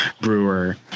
Brewer